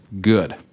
good